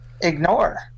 ignore